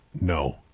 No